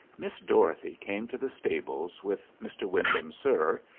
miss dorothy came to the stables with mr. wyndham, sir,